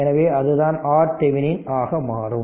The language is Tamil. எனவே அதுதான் RThevenin ஆக மாறும்